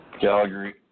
Calgary